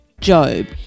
Job